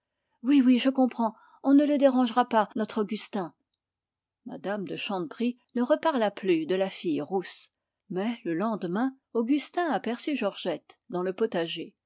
oui oui je comprends on ne le dérangera pas notre augustin mme de chanteprie ne reparla pas de la fille rousse mais le lendemain augustin aperçut georgette dans le potager